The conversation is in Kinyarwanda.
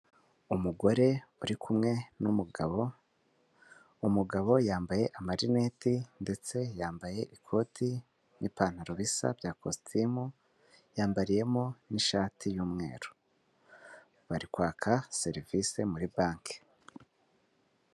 Umugore uri kumwe n'umugabo, umugabo yambaye amarineti ndetse yambaye ikoti n'ipantaro bisa bya kositimu yambariyemo n'ishati y'umweru bari kwaka serivisi muri banki.